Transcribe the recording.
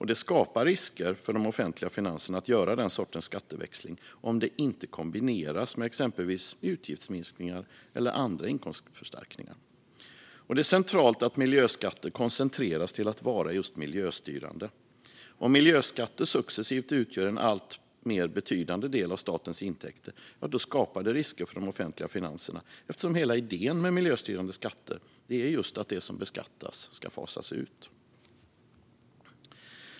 Det skapar risker för de offentliga finanserna att göra den sortens skatteväxling om det inte kombineras med exempelvis utgiftsminskningar eller andra inkomstförstärkningar. Det är centralt att miljöskatter koncentreras till att vara just miljöstyrande. Om miljöskatter successivt utgör en alltmer betydande del av statens intäkter skapar det risker för offentliga finanser eftersom hela idén med miljöstyrande skatter är just att det som beskattas ska fasas ut.